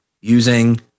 using